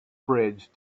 bridge